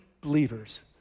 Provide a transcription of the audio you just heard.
believers